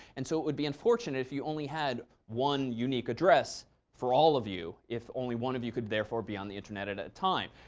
and so it would be unfortunate if you only had one unique address for all of you if only one of you could therefore be on the internet at a time.